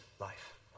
life